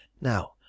Now